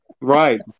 right